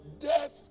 Death